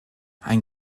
ein